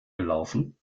gelaufen